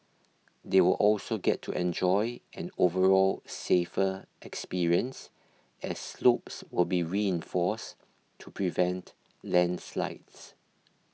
they will also get to enjoy an overall safer experience as slopes will be reinforced to prevent landslides